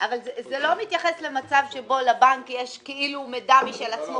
אבל זה לא מתייחס למצב שבו לבנק יש כאילו מידע משל עצמו,